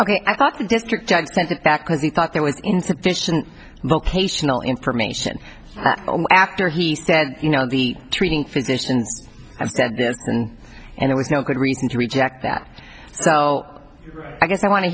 ok i thought the district judge took it back because he thought there was insufficient vocational information after he said you know the treating physicians and and it was no good reason to reject that so i guess i want to